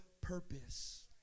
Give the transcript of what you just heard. purpose